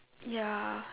ya